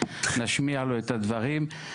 להשמיע לו את הדברים.